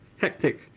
hectic